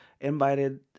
invited